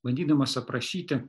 bandydamas aprašyti